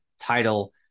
title